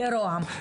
לרה"מ,